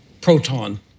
proton